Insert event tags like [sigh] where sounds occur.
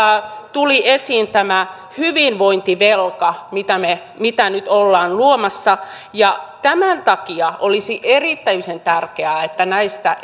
tuli esiin tämä hyvinvointivelka mitä nyt ollaan luomassa tämän takia olisi erityisen tärkeää että näistä [unintelligible]